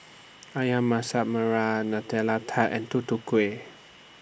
Ayam Masak Merah Nutella Tart and Tutu Kueh